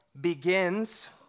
Begins